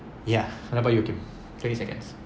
ya how about you hakim twenty seconds